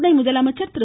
துணை முதலமைச்சர் திரு